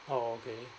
oh okay